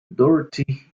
dorothy